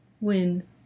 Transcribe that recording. win